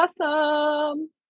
awesome